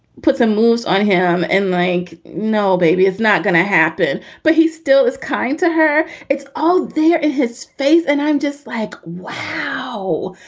put some moves on him and like, no, baby, it's not gonna happen. but he still is kind to her. it's all there in his face and i'm just like, wow.